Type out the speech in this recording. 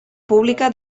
pública